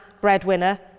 breadwinner